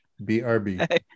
BRB